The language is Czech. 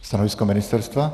Stanovisko ministerstva?